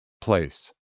place